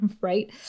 right